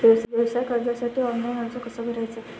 व्यवसाय कर्जासाठी ऑनलाइन अर्ज कसा भरायचा?